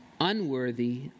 unworthy